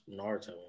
Naruto